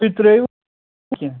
تُہۍ ترٛٲوِو کیٚنٛہہ